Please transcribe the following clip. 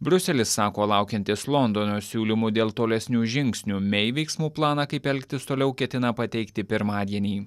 briuselis sako laukiantis londono siūlymų dėl tolesnių žingsnių mei veiksmų planą kaip elgtis toliau ketina pateikti pirmadienį